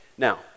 Now